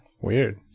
Weird